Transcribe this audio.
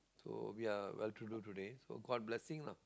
so we are well to do today so god blessing lah